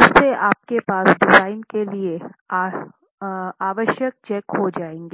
इससे आपके पास डिज़ाइन के लिए आवश्यक चेक हो जाएंगे